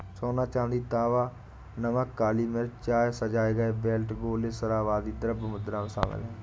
सोना, चांदी, तांबा, नमक, काली मिर्च, चाय, सजाए गए बेल्ट, गोले, शराब, आदि द्रव्य मुद्रा में शामिल हैं